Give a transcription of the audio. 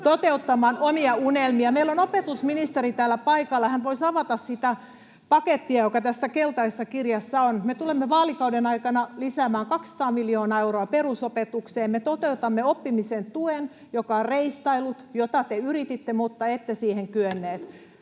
vasemmalta] Meillä on opetusministeri täällä paikalla, hän voisi avata sitä pakettia, joka tässä keltaisessa kirjassa on. Me tulemme vaalikauden aikana lisäämään 200 miljoonaa euroa perusopetukseen. Me toteutamme oppimisen tuen, joka on reistaillut, jota te yrititte, mutta ette siihen kyenneet.